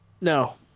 No